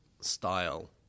style